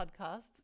podcasts